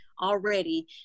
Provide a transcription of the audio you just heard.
already